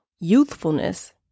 Youthfulness